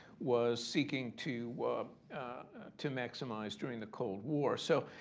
was seeking to to maximize during the cold war. so,